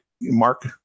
mark